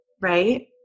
right